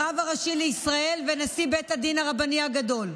הרב הראשי לישראל ונשיא בית הדין הרבני הגדול.